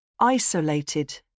Isolated